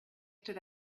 stood